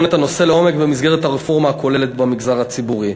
את הנושא לעומק במסגרת הרפורמה הכוללת במגזר הציבורי.